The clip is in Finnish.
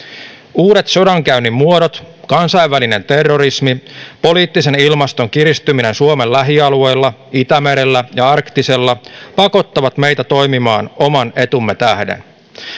uudet sodankäynnin muodot kansainvälinen terrorismi poliittisen ilmaston kiristyminen suomen lähialueilla itämerellä ja arktiksella pakottavat meitä toimimaan oman etumme tähden